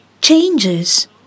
changes